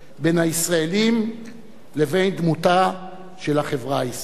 בין הישראלים לבין דמותה של החברה הישראלית.